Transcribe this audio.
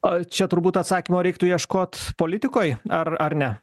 o čia turbūt atsakymo reiktų ieškot politikoj ar ar ne